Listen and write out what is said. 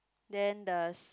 then the